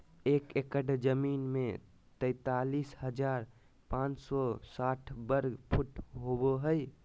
एक एकड़ जमीन में तैंतालीस हजार पांच सौ साठ वर्ग फुट होबो हइ